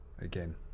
again